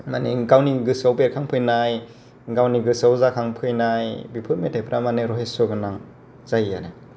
माने गावनि गोसोआव बेरखांफैनाय गावनि गोसोआव जाखांफैनाय बेफोर मोथाइफ्रा माने रहयस्स' गोनां जायो आरो